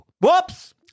Whoops